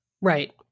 Right